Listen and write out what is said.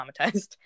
traumatized